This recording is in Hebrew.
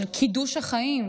של קידוש החיים,